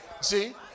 See